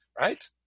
right